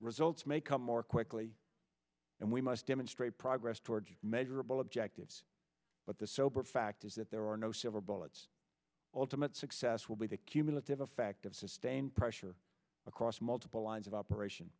results may come more quickly and we must demonstrate progress toward measurable objectives but the sober fact is that there are no silver bullets ultimate success will be the cumulative effect of sustained pressure across multiple lines of operation